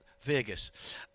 Vegas